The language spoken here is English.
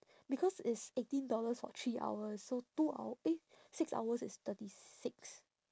because it's eighteen dollars for three hours so two hou~ eh six hours is thirty six